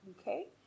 Okay